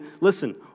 listen